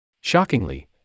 shockingly